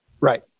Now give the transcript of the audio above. Right